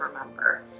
remember